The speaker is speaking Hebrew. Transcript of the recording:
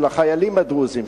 של החיילים הדרוזים,